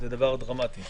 זה דבר דרמטי.